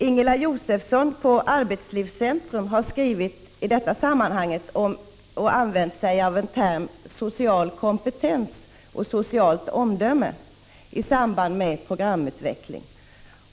Ingela Josefsson på Arbetslivscentrum har gjort ett arbete i detta sammanhang och använt sig av termerna ”social kompetens” och ”socialt omdöme” i samband med programutveckling.